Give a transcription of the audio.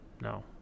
No